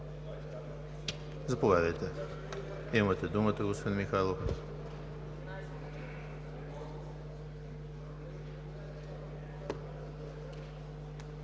Заповядайте – имате думата, господин Михайлов.